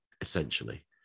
essentially